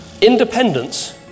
Independence